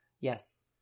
Yes